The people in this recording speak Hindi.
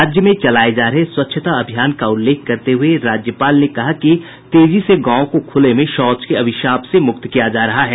राज्य में चलाये जा रहे स्वच्छता अभियान का उल्लेख करते हुए राज्यपाल ने कहा कि तेजी से गांवों को खुले में शौच के अभिशाप से मुक्त किया जा रहा है